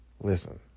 listen